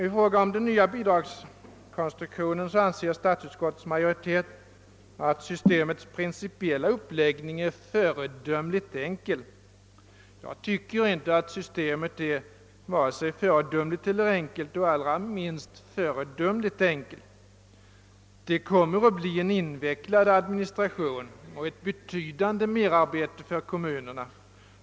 I fråga om den nya bidragskonstruktionen anser statsutskottets majoritet att »systemets principiella uppläggning är föredömligt enkel». Jag tycker inte att systemet är vare sig föredömligt eller enkelt och allra minst föredömligt enkelt. Det kommer att bli en invecklad administration, ett betydande merarbete för kommunerna.